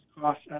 costs